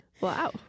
wow